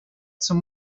some